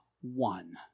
one